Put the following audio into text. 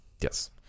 yes